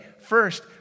First